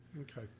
Okay